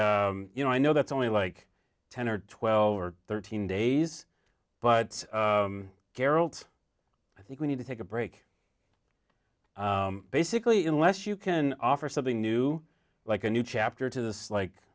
you know i know that's only like ten or twelve or thirteen days but carol i think we need to take a break basically unless you can offer something new like a new chapter to this like